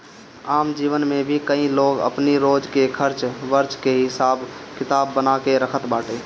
आम जीवन में भी कई लोग अपनी रोज के खर्च वर्च के हिसाब किताब बना के रखत बाटे